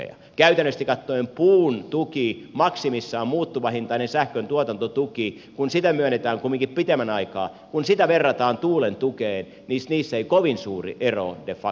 käytännöllisesti katsoen kun verrataan puun tukea maksimissaan muuttuvahintaista sähkön tuotantotukea kun sitä myönnetään kumminkin pitemmän aikaa tuulen tukeen niin niissä ei kovin suuri ero de facto ole